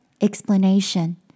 Explanation